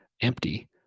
empty